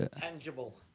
tangible